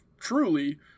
truly